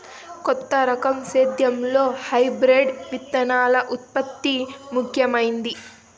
కొత్త రకం సేద్యంలో హైబ్రిడ్ విత్తనాల ఉత్పత్తి ముఖమైంది